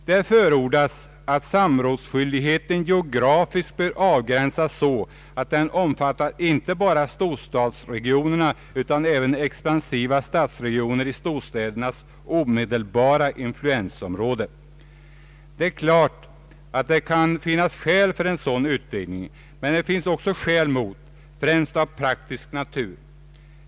Där förordas att samrådsskyldigheten geografiskt avgränsas så att den omfattar inte bara storstadsregionerna utan även expansiva stadsregioner i storstädernas omedelbara influensområden. Det kan givetvis finnas skäl för en sådan utvidgning, men det finns också skäl mot, främst av praktisk natur.